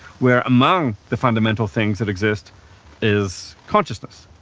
where among the fundamental things that exist is consciousness.